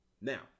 Now